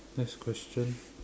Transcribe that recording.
next question